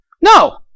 No